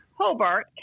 Hobart